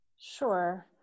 Sure